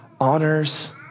honors